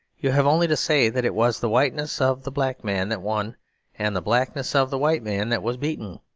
you have only to say that it was the whiteness of the black man that won and the blackness of the white man that was beaten.